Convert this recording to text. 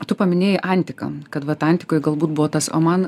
tu paminėjai antiką kad vat antikoj galbūt buvo tas o man